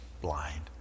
blind